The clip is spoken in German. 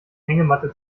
hängematte